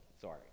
Sorry